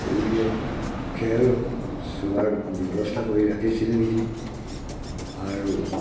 এই ইয়াত খেল চোৱাৰ ব্যৱস্থা কৰি ৰাখিছিল নেকি আৰু